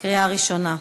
קריאה ראשונה.